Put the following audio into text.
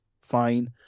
fine